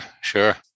sure